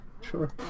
sure